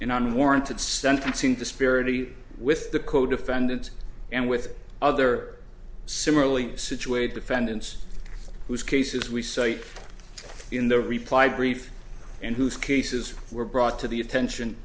unwarranted sentencing disparity with the co defendants and with other similarly situated defendants whose cases we cite in the reply brief and whose cases were brought to the attention